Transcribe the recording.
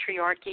patriarchy